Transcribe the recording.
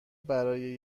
برای